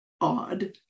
odd